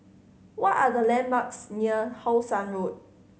what are the landmarks near How Sun Road